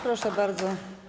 Proszę bardzo.